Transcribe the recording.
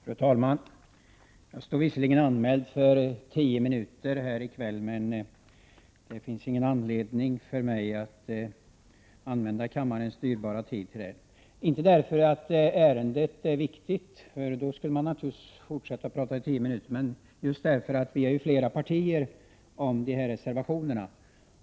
Fru talman! Jag har visserligen anmält mig för tio minuters taletid, men det finns inte någon anledning för mig att uppta kammarens dyrbara tid så länge. Det beror inte på att ärendet inte är viktigt — då skulle man naturligtvis kunna fortsätta att tala i tio minuter — utan därför att vi ju är flera partier som står bakom reservationerna.